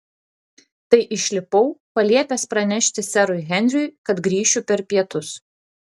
tai išlipau paliepęs pranešti serui henriui kad grįšiu per pietus